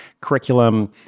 curriculum